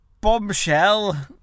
Bombshell